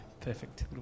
perfect